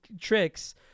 tricks